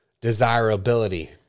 desirability